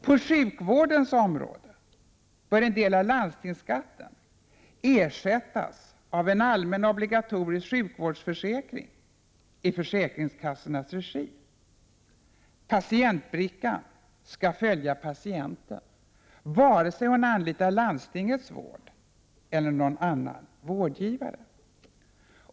På sjukvårdens område bör en del av landstingsskatten ersättas av en allmän, obligatorisk sjukvårdsförsäkring, i försäkringskassornas regi. Patientbrickan skall följa patienten, vare sig hon anlitar landstingets vård eller någon annan vårdgivare.